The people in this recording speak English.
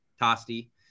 Tosti